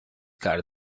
car